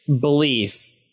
belief